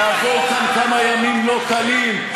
נעבור כאן כמה ימים לא קלים,